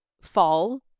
fall